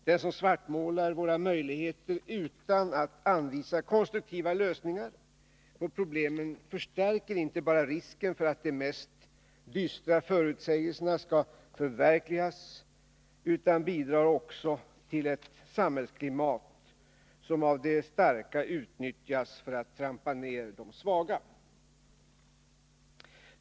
Den som svartmålar våra möjligheter utan att anvisa konstruktiva lösningar på problemen förstärker inte bara risken för att de mest dystra förutsägelserna skall förverkligas — utan bidrar också till ett samhällsklimat som av de starka utnyttjas för att trampa ned de svaga.